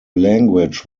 language